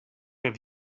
have